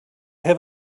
have